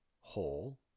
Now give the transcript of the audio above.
whole